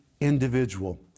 individual